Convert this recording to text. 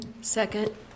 Second